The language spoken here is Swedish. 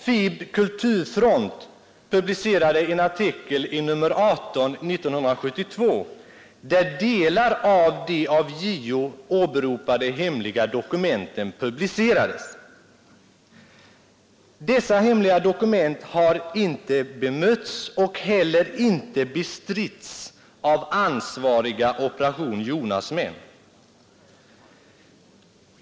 Folket i Bild kulturfront publicerade en artikel inr 18 1972 där delar av de av JO åberopade hemliga dokumenten publicerades. Dessa hemliga dokument har inte bemötts och heller inte bestritts av ansvariga Operation Jonas-män.